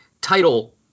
title